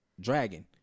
dragon